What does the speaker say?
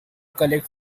collect